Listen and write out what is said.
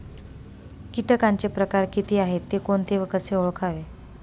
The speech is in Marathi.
किटकांचे प्रकार किती आहेत, ते कोणते व कसे ओळखावे?